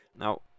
Now